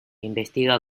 investiga